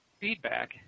feedback